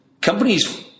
companies